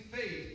faith